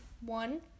one